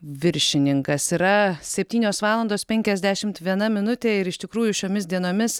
viršininkas yra septynios valandos penkiasdešimt viena minutė ir iš tikrųjų šiomis dienomis